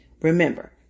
Remember